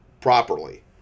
properly